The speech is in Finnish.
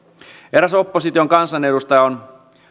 eräs opposition kansanedustaja on